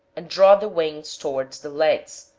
and draw the wings towards the legs,